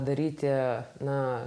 daryti na